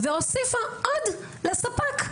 והוסיפה עוד לספק,